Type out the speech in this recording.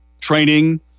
training